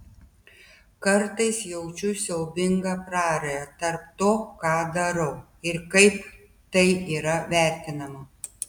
kartais jaučiu siaubingą prarają tarp to ką darau ir kaip tai yra vertinama